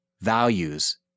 values